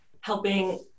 helping